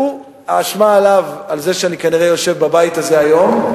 והוא, האשמה עליו, על זה שאני יושב בבית הזה היום.